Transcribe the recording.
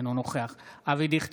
אינו נוכח אבי דיכטר,